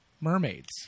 Mermaids